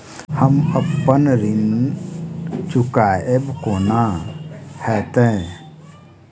हम अप्पन ऋण चुकाइब कोना हैतय?